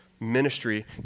Ministry